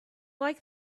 like